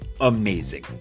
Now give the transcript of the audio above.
amazing